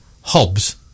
Hobbs